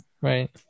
Right